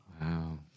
Wow